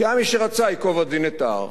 כי היה מי שרצה, ייקוב הדין את ההר.